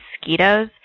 mosquitoes